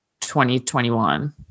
2021